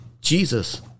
Jesus